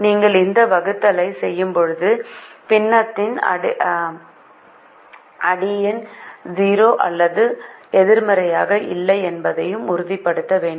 நீங்கள் இந்த வகுத்தலை செய்யும்போது பின்னத்தின் அடியெண் 0 அல்லது எதிர்மறையாக இல்லை என்பதையும் உறுதிப்படுத்த வேண்டும்